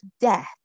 death